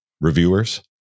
reviewers